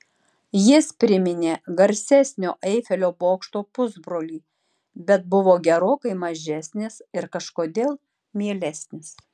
jis priminė garsesnio eifelio bokšto pusbrolį bet buvo gerokai mažesnis ir kažkodėl mielesnis